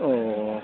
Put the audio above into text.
ꯑꯣ